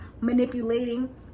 manipulating